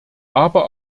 aber